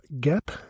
Gap